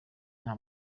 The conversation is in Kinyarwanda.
nta